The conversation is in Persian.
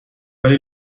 ولی